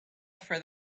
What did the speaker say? for